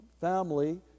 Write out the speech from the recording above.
family